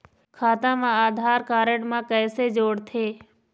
खाता मा आधार कारड मा कैसे जोड़थे?